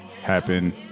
happen